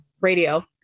radio